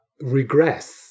regress